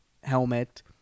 helmet